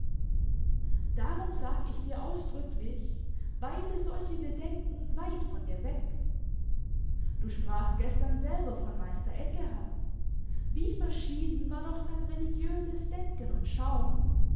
darum sag ich dir ausdrücklich weise solche bedenken weit von dir weg du sprachst gestern selber von meister eckehart wie verschieden war doch sein religiöses denken und schauen